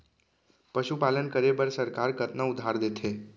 पशुपालन करे बर सरकार कतना उधार देथे?